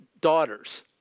daughters